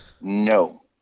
No